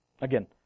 Again